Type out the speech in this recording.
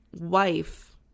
wife